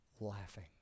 laughing